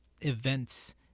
events